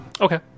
Okay